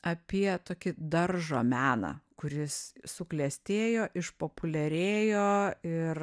apie tokį daržo meną kuris suklestėjo išpopuliarėjo ir